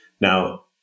now